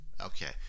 Okay